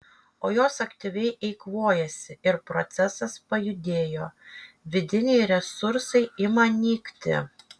o jos aktyviai eikvojasi ir procesas pajudėjo vidiniai resursai ima nykti